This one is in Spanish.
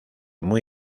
muy